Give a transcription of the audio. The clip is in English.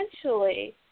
essentially